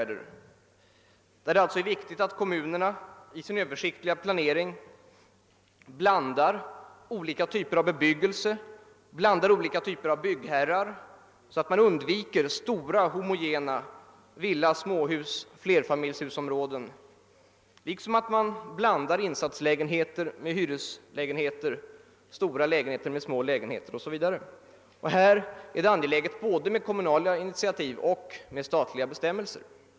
Det är viktigt att kommunerna i sin Översiktliga planering blandar olika typer av bebyggelse och av byggherrar, så att man undviker stora homogena villa-, småhusoch flerfamiljshusområden liksom att man blandar insatslägenheter med hyreslägenheter, stora lägenheter med små lägenheter o.s.v. Härvid är det angeläget att få både kommunala initiativ och statliga bestämmelser.